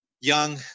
young